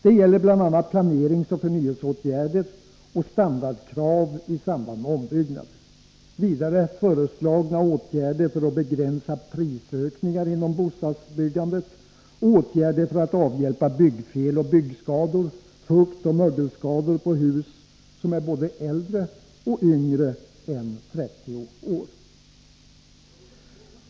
Det gäller bl.a. planeringsoch förnyelseåtgärder och standardkrav i samband med ombyggnader. Vidare gäller det föreslagna åtgärder för att begränsa prisökningar inom bostadsbyggandet och åtgärder för att avhjälpa byggfel och byggskador, fuktoch mögelskador på hus som är både äldre och yngre än 30 år.